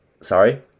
Sorry